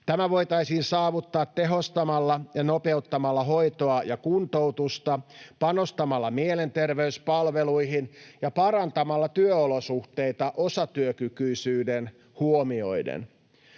Tämä voitaisiin saavuttaa tehostamalla ja nopeuttamalla hoitoa ja kuntoutusta, panostamalla mielenterveyspalveluihin ja parantamalla työolosuhteita osatyökykyisyyden huomioiden.